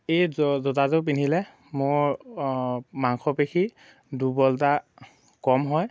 এই জ জোতাযোৰ পিন্ধিলে মোৰ মাংসপেশী দুৰ্বলতা কম হয়